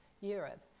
Europe